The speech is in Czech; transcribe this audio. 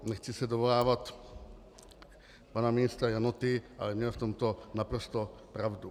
Nechci se dovolávat pana ministra Janoty, ale měl v tomto naprosto pravdu.